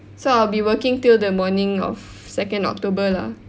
so I'll be working till the morning of second October lah